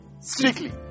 Strictly